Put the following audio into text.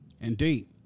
Indeed